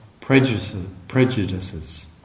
prejudices